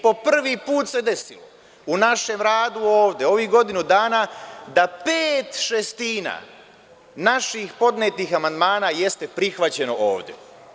Po prvi put se desilo u našem radu ovde u ovih godinu dana da pet šestina naših podnetih amandmana jeste prihvaćeno ovde.